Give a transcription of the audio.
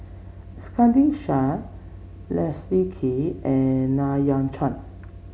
Iskandar Shah Leslie Kee and Ng Yat Chuan